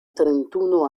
trentuno